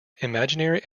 imaginary